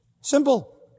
simple